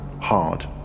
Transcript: hard